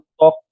talk